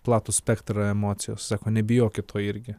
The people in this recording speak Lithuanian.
platų spektrą emocijų sako nebijokit to irgi